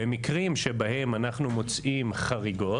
במקרים שבהם אנחנו מוצאים חריגות,